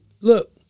look